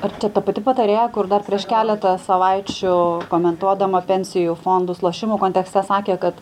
ar čia ta pati patarėja kur dar prieš keletą savaičių komentuodama pensijų fondus lošimo kontekste sakė kad